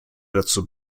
dazu